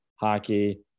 hockey